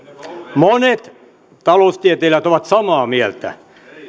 monet taloustieteilijät ovat samaa mieltä